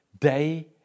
day